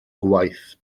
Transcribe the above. gwaith